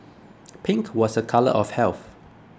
pink was a colour of health